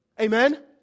Amen